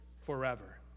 forever